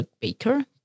Baker